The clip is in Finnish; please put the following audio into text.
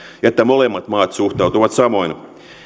ja että molemmat maat suhtautuvat samoin